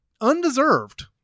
undeserved